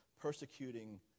persecuting